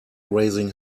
raising